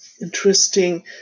interesting